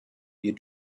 wir